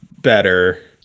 better